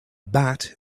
bat